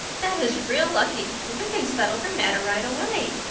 that is real lucky, for we can settle the matter right away.